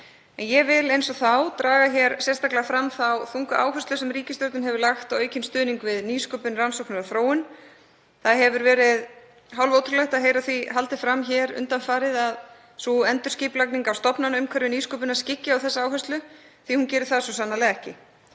Ég vil eins og þá draga sérstaklega fram þá þungu áherslu sem ríkisstjórnin hefur lagt á aukinn stuðning við nýsköpun, rannsóknir og þróun. Það hefur verið hálfótrúlegt að heyra því haldið fram undanfarið að endurskipulagning á stofnanaumhverfi nýsköpunar skyggi á þessa áherslu, því hún gerir það svo sannarlega ekki.